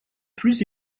plus